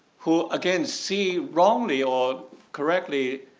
who again see wrongly or correctly,